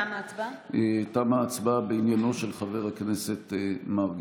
תמה ההצבעה בעניינו של חבר הכנסת מרגי.